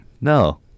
No